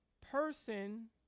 person